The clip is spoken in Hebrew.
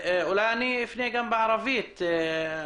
אולי אפנה גם בערבית (דובר בשפה הערבית).